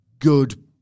good